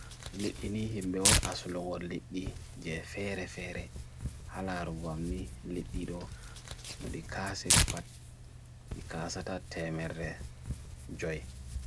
Dabbaji heɓi bambu. Fowru heɓi sooya. ɓe nafoore.